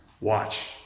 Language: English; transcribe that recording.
Watch